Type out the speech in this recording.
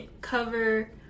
cover